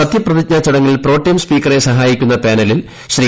സത്യപ്രതിജ്ഞ ചടങ്ങിൽ പ്രോംടേം സ്പീക്കറെ സഹായിക്കുന്ന പാനലിൽ ശ്രീ